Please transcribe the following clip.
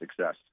success